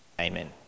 Amen